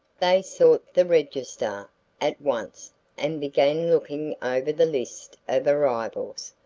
they sought the register at once and began looking over the list of arrivals.